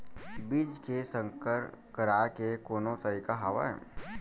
बीज के संकर कराय के कोनो तरीका हावय?